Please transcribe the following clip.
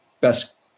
best